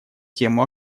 тему